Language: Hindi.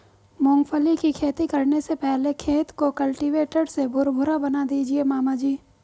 मूंगफली की खेती करने से पहले खेत को कल्टीवेटर से भुरभुरा बना दीजिए मामा जी